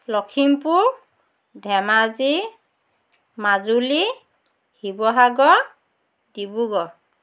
Lakhimpur Dhemaji Majuli Sivasagar Dibrugarh